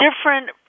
different